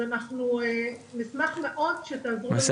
אז אנחנו נשמח מאוד שתעזרו לנו בזה.